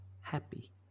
happy